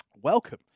Welcome